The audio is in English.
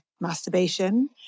masturbation